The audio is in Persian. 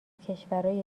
کشورای